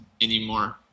anymore